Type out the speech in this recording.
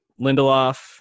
Lindelof